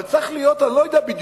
אבל צריך להיות אני-לא-יודע-בדיוק-מה,